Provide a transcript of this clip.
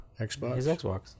xbox